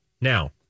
Now